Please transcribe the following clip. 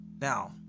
Now